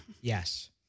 Yes